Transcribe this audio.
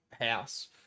house